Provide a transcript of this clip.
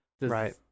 right